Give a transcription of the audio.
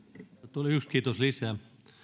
tuli yksi kiitos lisää